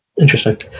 Interesting